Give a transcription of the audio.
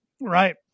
Right